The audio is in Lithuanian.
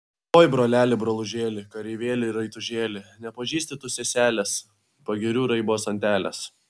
oi broleli brolužėli kareivėli raitužėli nepažįsti tu seselės pagirių raibos antelės